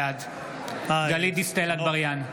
בעד גלית דיסטל אטבריאן,